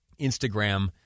Instagram